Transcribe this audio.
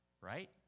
right